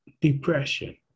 depression